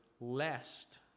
lest